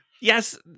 yes